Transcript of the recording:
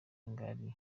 ngari